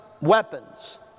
weapons